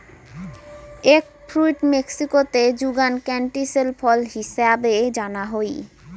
egg fruit মেক্সিকোতে যুগান ক্যান্টিসেল ফল হিছাবে জানা হই